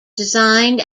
designed